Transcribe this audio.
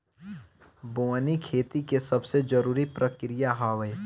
बोअनी खेती के सबसे जरूरी प्रक्रिया हअ